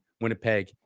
Winnipeg